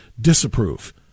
disapprove